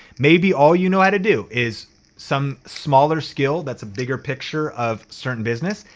maybe all you know how to do is some smaller skill that's a bigger picture of certain business.